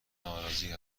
ناراضی